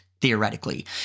theoretically